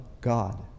God